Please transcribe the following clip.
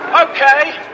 Okay